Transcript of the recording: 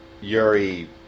Yuri